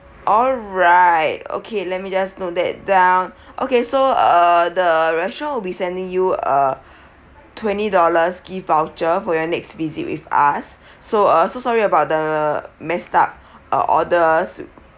alright okay let me just note that down okay so uh the restaurant will be sending you a twenty dollars gift voucher for your next visit with us so uh so sorry about the messed up uh orders